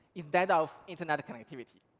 instead of internet connectivity.